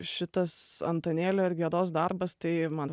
šitas antanėlio ir gedos darbas tai man